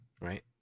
Right